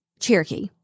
Cherokee